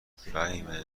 فهیمه